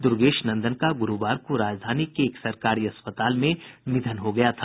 दूर्गेश नंदन का गुरुवार को राजधानी के एक सरकारी अस्पताल में निधन हो गया था